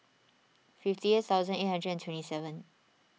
fifty eight thousand eight hundred and twenty seven